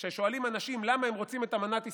כששואלים אנשים למה הם רוצים את אמנת איסטנבול,